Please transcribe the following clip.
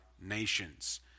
nations